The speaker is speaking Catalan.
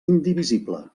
indivisible